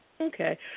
Okay